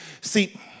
see